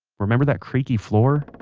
remember that creaky floor?